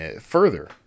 further